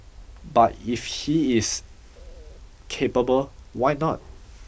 but if he is capable why not